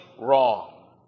wrong